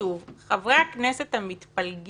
כשמסתכלים